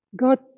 God